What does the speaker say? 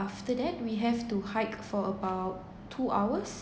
after that we have to hike for about two hours